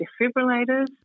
defibrillators